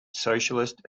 socialist